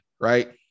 Right